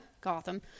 Gotham